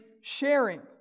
sharing